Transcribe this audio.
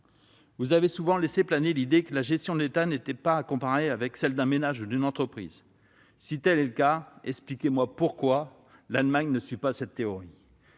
Vous avez souvent laissé planer l'idée que la gestion de l'État n'était pas à comparer avec celle d'un ménage ou d'une entreprise. Si tel est le cas, expliquez-moi alors pourquoi l'Allemagne ne suit pas votre théorie